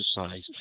exercise